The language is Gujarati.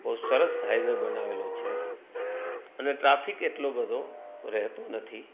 બહુ સરસ હાઇવે બનાવેલો છે અને ટ્રાફિક એટલો બધો રહેતો નથી